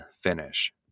finish